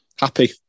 happy